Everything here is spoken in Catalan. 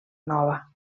nova